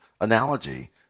analogy